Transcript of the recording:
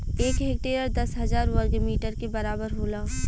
एक हेक्टेयर दस हजार वर्ग मीटर के बराबर होला